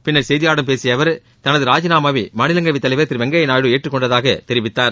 பின்னர் செய்தியாளர்களிடம் பேசிய அவர் தனது ராஜினாமாவை மாநிலங்களவைத் தலைவர் திரு வெங்கய்யா நாயுடு ஏற்றுக் கொண்டதாக தெரிவித்தார்